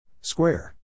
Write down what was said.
Square